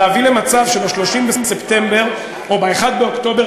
להביא למצב שב-30 בספטמבר או ב-1 באוקטובר